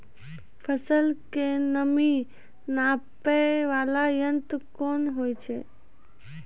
फसल के नमी नापैय वाला यंत्र कोन होय छै